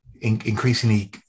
increasingly